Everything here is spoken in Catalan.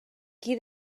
qui